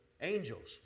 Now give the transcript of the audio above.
angels